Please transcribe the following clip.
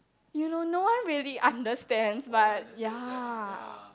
you know no one really understands but ya